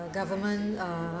government uh